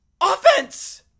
offense